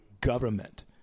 government